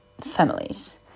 families